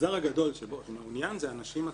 המגזר הגדול שמעוניין זה הנשים הצעירות.